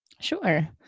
Sure